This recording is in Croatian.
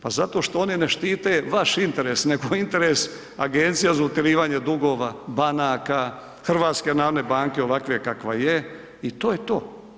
Pa zato što oni ne štite vaš interes nego interes Agencija za utjerivanje dugova, banaka, HNB ovakve kakva je i to je to.